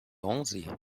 onze